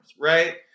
right